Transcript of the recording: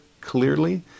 clearly